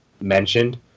mentioned